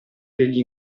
degli